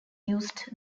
used